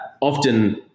often